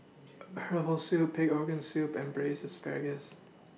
Herbal Soup Pig'S Organ Soup and Braised Asparagus